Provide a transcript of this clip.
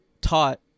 taught